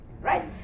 right